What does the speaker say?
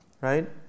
right